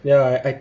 ya I I